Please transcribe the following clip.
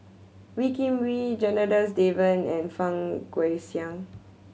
Wee Kim Wee Janadas Devan and Fang Guixiang